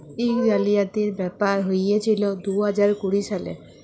ইক জালিয়াতির ব্যাপার হঁইয়েছিল দু হাজার কুড়ি সালে